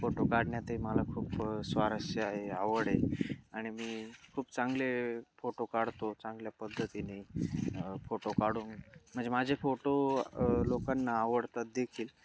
photo काढण्यात मला खूप स्वारस्य आहे आवड आहे आणि मी खूप चांगले फोटो काढतो चांगल्या पद्धतीने फोटो काढून म्हणजे माझे फोटो लोकांना आवडतात देखील